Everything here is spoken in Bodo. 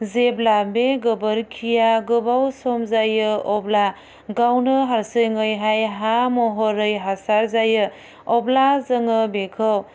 जेब्ला बे गोबोरखिया गोबाव सम जायो अब्ला गावनो हारसिङैहाय हा महरै हासार जायो अब्ला जोङो बेखौ